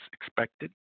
expected